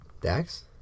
Dax